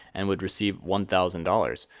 and would receive one thousand dollars.